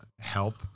help